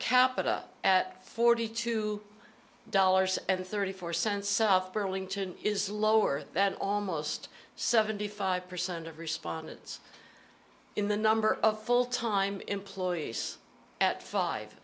capita at forty two dollars and thirty four cents burlington is lower than almost seventy five percent of respondents in the number of full time employees at five